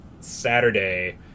Saturday